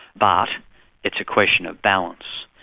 but it's a question of balance,